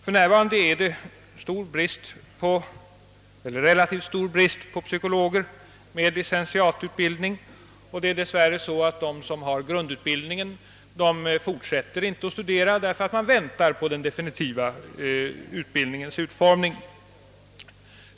För närvarande råder relativt stor brist på psykologer med licentiatutbildning, och dess värre fortsätter de som har grundutbildningen inte att studera därför att de väntar på den definitiva utformningen av utbildningen.